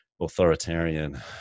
authoritarian